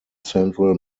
central